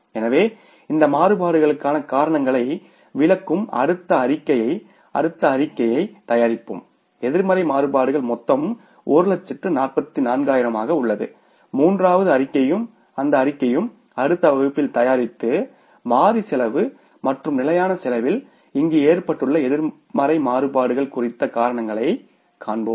எனவே இந்த மாறுபாடுகளுக்கான காரணங்களை விளக்கும் அடுத்த அறிக்கைஅடுத்த அறிக்கையைத் தயாரிப்போம் நெகடிவ் வேரியன்ஸ் மொத்தம் 144000 ஆக உள்ளது மூன்றாவது அறிக்கையும் அந்த அறிக்கையும் அடுத்த வகுப்பில் தயாரித்து மாறி செலவு மற்றும் நிலையான செலவில் இங்கு ஏற்பட்டுள்ள நெகடிவ் வேரியன்ஸ் குறித்த காரணங்களை காண்போம்